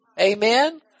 Amen